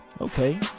okay